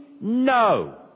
No